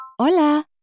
Hola